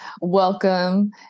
welcome